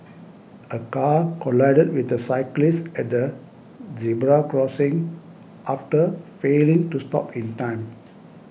a car collided with a cyclist at a zebra crossing after failing to stop in time